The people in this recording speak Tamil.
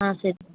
ஆ சரிங்க